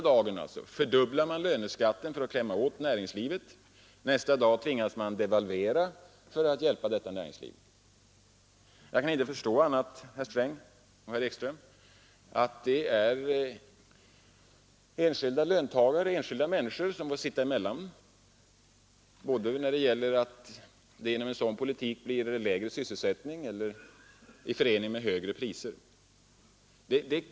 Den ena dagen fördubblar man löneskatten för att klämma åt näringslivet, nästa dag tvingas man devalvera för att hjälpa detta näringsliv. Jag kan inte förstå annat, herr Sträng och herr Ekström, än att det är enskilda människor, löntagare, som får sitta emellan. Genom en sådan politik får vi en lägre sysselsättning i förening med högre priser.